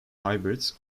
hybrids